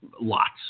lots